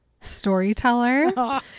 storyteller